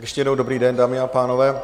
Ještě jednou dobrý den, dámy a pánové.